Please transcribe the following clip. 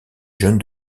jeune